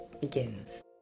begins